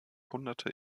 hunderte